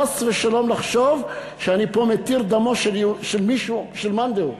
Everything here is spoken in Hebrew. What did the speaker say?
חס ושלום לחשוב שאני פה מתיר דמו של מאן דהוא,